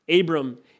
Abram